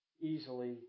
easily